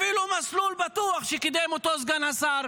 אפילו "מסלול בטוח" שקידם סגן השר